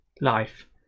life